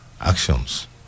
actions